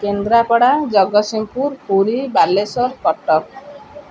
Kendrapara Jagatsinghpur Puri Balasore Cuttack